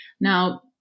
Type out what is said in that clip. Now